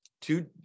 two